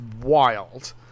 wild